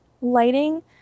lighting